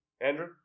Andrew